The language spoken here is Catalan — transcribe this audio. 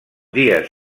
dies